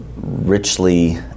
richly